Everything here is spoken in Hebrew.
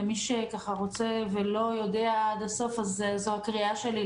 ומי שרוצה ולא יודע עד הסוף אז זו הקריאה שלי,